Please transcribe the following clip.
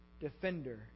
defender